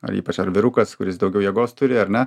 ar ypač ar vyrukas kuris daugiau jėgos turi ar ne